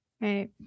Right